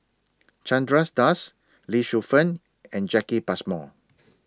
Chandra Das Lee Shu Fen and Jacki Passmore